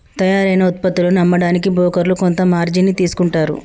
తయ్యారైన వుత్పత్తులను అమ్మడానికి బోకర్లు కొంత మార్జిన్ ని తీసుకుంటారు